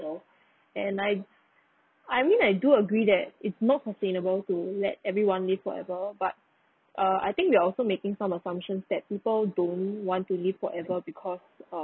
so and I I mean I do agree that it's not sustainable to let everyone to live forever but err I think you're also making some assumptions that people don't want to live forever because of